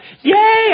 yay